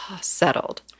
settled